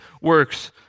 works